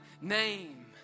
name